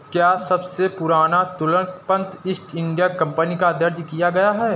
क्या सबसे पुराना तुलन पत्र ईस्ट इंडिया कंपनी का दर्ज किया गया है?